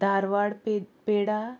धारवाड पे पेडा